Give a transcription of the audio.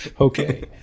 Okay